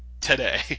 today